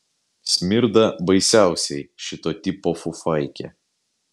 smirda baisiausiai šito tipo fufaikė